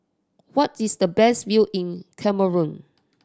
what is the best view in Cameroon